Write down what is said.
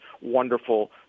wonderful